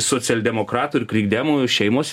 socialdemokratų ir krikdemų šeimos